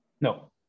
No